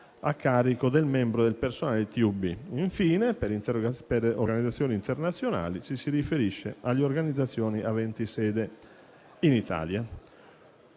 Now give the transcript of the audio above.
a carico del membro del personale TUB; infine, con il termine organizzazioni internazionali ci si riferisce alle organizzazioni aventi sede in Italia.